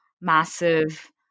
massive